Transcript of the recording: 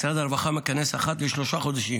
משרד הרווחה מכנס אחת לשלושה חדשים